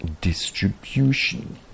distribution